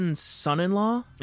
son-in-law